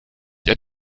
der